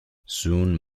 soon